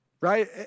right